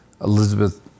Elizabeth